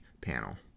panel